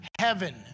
heaven